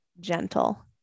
gentle